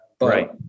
Right